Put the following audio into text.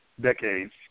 decades